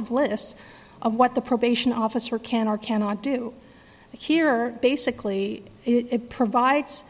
e list of what the probation officer can or cannot do here basically it provides